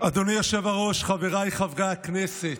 אדוני היושב-ראש, חבריי חברי הכנסת,